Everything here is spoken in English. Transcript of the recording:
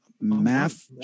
Math